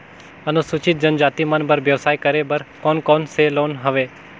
अनुसूचित जनजाति मन बर व्यवसाय करे बर कौन कौन से लोन हवे?